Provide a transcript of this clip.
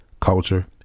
culture